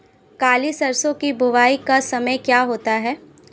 काली सरसो की बुवाई का समय क्या होता है?